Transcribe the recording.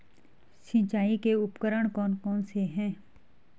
सिंचाई के उपकरण कौन कौन से हैं?